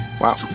Wow